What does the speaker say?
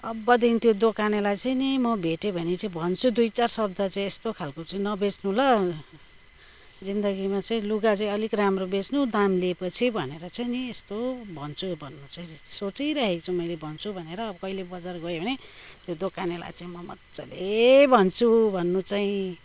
अबदेखि त्यो दोकानेलाई चाहिँ नि म भेटेँ भने भन्छु दुई चार शब्द चाहिँ यस्तो खालको चाहिँ नबेच्नु ल जिन्दगीमा चाहिँ लुगा चाहिँ अलिक राम्रो बेच्नु दाम लिएँ पछि भनेर चाहिँ नि यस्तो भन्छु भन्न चाहिँ सोचिरहेको छु मैले भन्छु भनेर अब कहिले बजार गएँ भने त्यो दोकानेलाई चाहिँ म मजाले भन्छु भन्नु चाहिँ